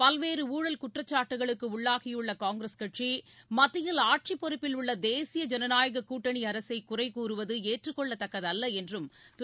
பல்வேறு ஊழல் குற்றச்சாட்டுகளுக்கு உள்ளாகியுள்ள காங்கிரஸ் கட்சி மத்தியில் ஆட்சிப் பொறுப்பில் உள்ள தேசிய ஜனநாயக கூட்டணி அரசை குறைகூறுவது ஏற்றுக் கொள்ளத்தக்கதல்ல என்றும் திரு